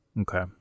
Okay